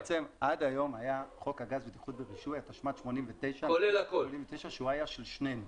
עד היום היה חוק הגז (בטיחות ורישוי) התשמ"ד-1989 שהוא היה של שניהם.